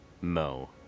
Mo